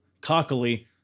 cockily